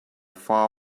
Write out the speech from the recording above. far